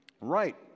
right